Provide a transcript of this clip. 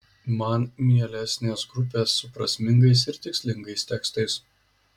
man mielesnės grupės su prasmingais ir tikslingais tekstais